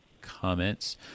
comments